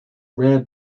rare